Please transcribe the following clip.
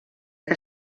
que